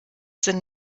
sind